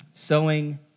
sowing